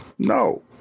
No